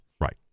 Right